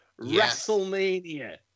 WrestleMania